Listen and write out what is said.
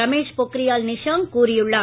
ரமேஷ் பொக்ரியால் நிஷாங்க் கூறியுள்ளார்